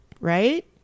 right